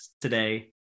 today